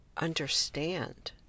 understand